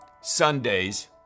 Sundays